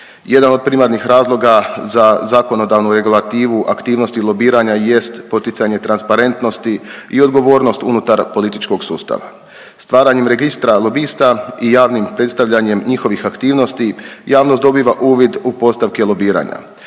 Jedan od primarnih razloga za zakonodavnu regulativu aktivnosti lobiranja jest poticanje transparentnosti i odgovornost unutar političkog sustava. Stvaranjem Registra lobista i javnim predstavljanjem njihovih aktivnosti javnost dobiva uvid u postavke lobiranja.